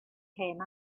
came